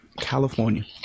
California